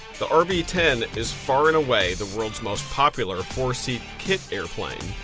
the rv ten is, far and away, the world's most popular four seat kit airplane.